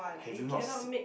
have you not s~